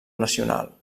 nacional